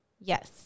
yes